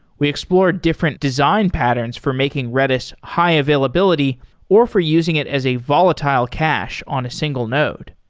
we explored different design patterns for making redis high availability or for using it as a volatile cache on a single node,